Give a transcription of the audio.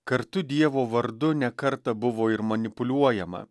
kartu dievo vardu ne kartą buvo ir manipuliuojama